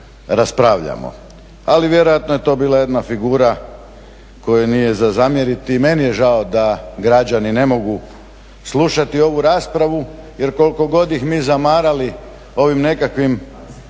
Ali vjerojatno je to bila jedna figura kojoj nije za zamjeriti, i meni je žao da građani ne mogu slušati ovu raspravu, jer koliko god ih mi zamarali ovim nekakvim